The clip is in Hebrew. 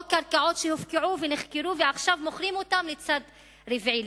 או קרקעות שהופקעו ונחכרו ועכשיו מוכרים אותן לצד רביעי,